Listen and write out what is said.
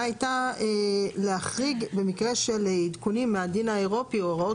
הייתה להחריג במקרה של עדכונים מהדין האירופי או הוראות